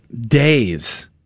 days